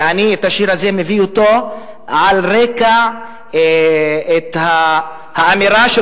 ואני מביא את השיר הזה על רקע האמירה של